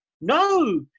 No